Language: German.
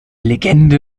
legende